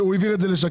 הוא העביר את זה לשקד.